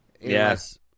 Yes